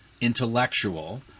intellectual